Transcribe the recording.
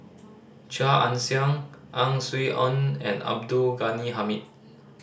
Chia Ann Siang Ang Swee Aun and Abdul Ghani Hamid